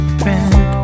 friend